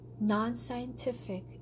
non-scientific